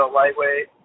lightweight